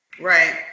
right